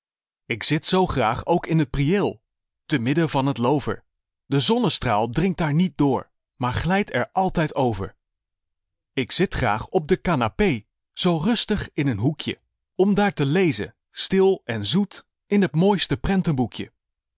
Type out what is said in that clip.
ik zit zoo graag ook in t priëel te midden van het loover de zonnestraal dringt daar niet door maar glijdt er altijd over ik zit graag op de canapé zoo rustig in een hoekje om daar te lezen stil en zoet in t mooiste prentenboekje